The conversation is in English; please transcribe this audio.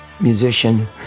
musician